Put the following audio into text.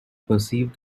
perceived